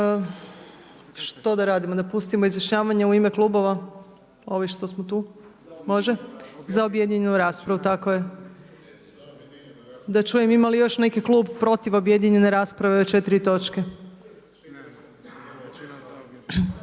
Što da radimo? Da pustimo izjašnjavanje u ime klubova ovi što smo tu? Može? Za objedinjenu raspravu, tako je. Da čujem ima li još neki klub protiv objedinjene rasprave o četiri točke?